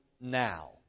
now